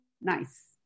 nice